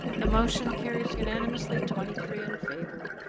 the motion carres unanimously twenty three in favor.